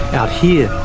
out here,